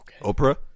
Oprah